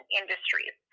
industries